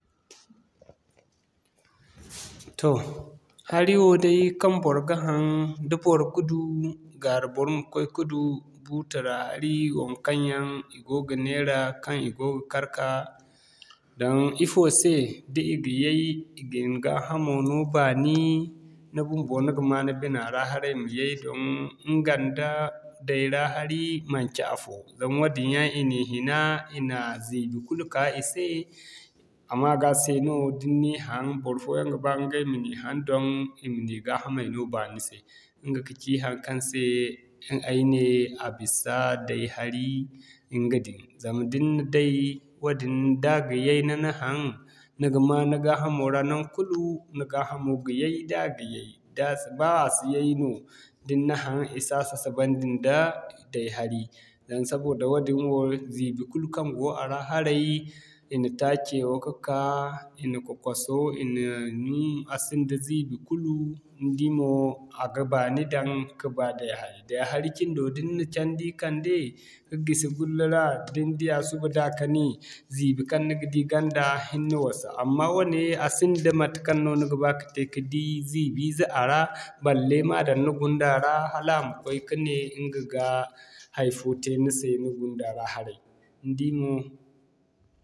Toh hari wo day kaŋ bor ga haŋ, da bor ga du gwara bor ma koy ka du buta ra hari, waŋkaŋ yaŋ i go ga neera, kaŋ i go ga kar ka daŋ. Ifo se da i ga yay, i ga ni gaa hamo no baani, ni bumbo ni ga ma ni bina ra haray maye don ɲga nda day ra hari manci afo zama wadin yaŋ i na i hina, i na ziibi kulu ka i se a ma ga se no da ni na i haŋ, barfoyaŋ ga ba ɲgay na ni haŋ don i ma ni gaa hamay no baani se. Ɲga kaci haŋkaŋ se ay ne a bisa day hari ɲga din ni na day woodin da ga yay ni na haŋ, ni ga na ni gaa hamo ra naŋkul ni gaa hamo ga yay da ga yay ba a si yay no da ni na haŋ, i si a sasabandi nda day hari. Zama sabida woodin wo ziibi kulu kaŋ go a ra haray, i na taacewa ka'ka i na kokoso i na nin a sinda ziibi kulu ni di ni a ga baani daŋ ka ba day hari. Day hari cindo da ni na candi kande ka gisi gulla ra, din diya suba da kani, ziibi kaŋ ni di ganda hinne wasa amma wane a sinda matekaŋ no ni ga ba kate ka di ziibi ize a ra balle ma daŋ ni gunda ra hala a ma koy ka ne ɲga ga hay'fo te ni se ni gunda ra haray ni di mo.